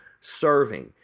serving